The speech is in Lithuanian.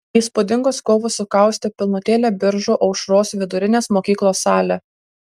įspūdingos kovos sukaustė pilnutėlę biržų aušros vidurinės mokyklos salę